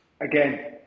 Again